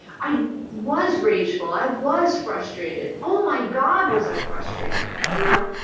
i um was rageful i was frustrated. oh my god was i frustrated, you know,